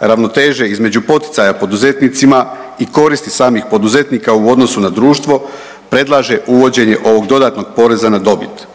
ravnoteže između poticaja poduzetnicima i koristi samih poduzetnika u odnosu na društvo predlaže uvođenje ovog dodatnog poreza na dobit.